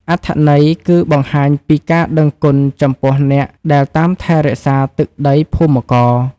អត្ថន័យគឺបង្ហាញពីការដឹងគុណចំពោះអ្នកដែលតាមថែរក្សាទឹកដីភូមិករ។